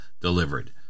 delivered